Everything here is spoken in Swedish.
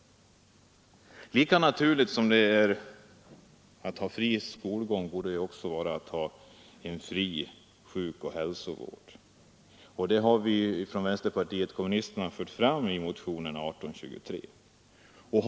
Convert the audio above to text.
Lika naturligt som det är att ha fri skolgång borde det vara att ha en fri sjukoch hälsovård. Den uppfattningen har vi från vänsterpartiet kommunisterna fört fram i motionen 1823.